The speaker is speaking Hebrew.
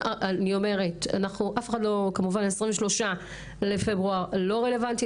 הדיון ב-23/2 לא רלוונטי,